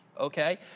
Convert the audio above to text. Okay